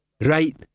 Right